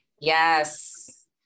yes